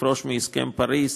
לפרוש מהסכם פריז,